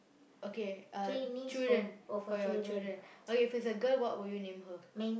okay uh children for your children okay if it's a girl what will you name her